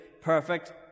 perfect